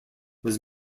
was